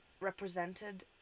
represented